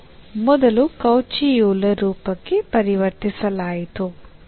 ಇದನ್ನು ಮೊದಲು Cauchy Euler ರೂಪಕ್ಕೆ ಪರಿವರ್ತಿಸಲಾಯಿತು